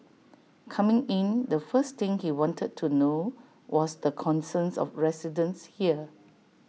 coming in the first thing he wanted to know was the concerns of residents here